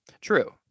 True